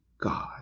God